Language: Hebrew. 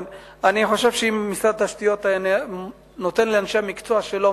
אני חושב שאם משרד התשתיות היה נותן לאנשי המקצוע שלו,